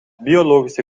biologische